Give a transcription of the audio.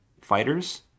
fighters